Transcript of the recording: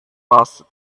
passed